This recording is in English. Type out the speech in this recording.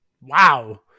Wow